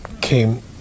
came